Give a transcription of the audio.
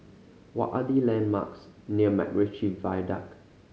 what are the landmarks near MacRitchie Viaduct